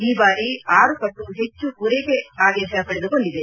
ಈ ಬಾರಿ ಆರು ಪಟ್ಟು ಹೆಚ್ಚು ಮೂರೈಕೆ ಆದೇಶ ಪಡೆದುಕೊಂಡಿದೆ